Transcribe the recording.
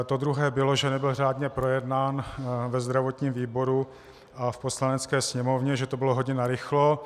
To druhé bylo, že nebyl řádně projednán ve zdravotním výboru a v Poslanecké sněmovně, že to bylo hodně narychlo.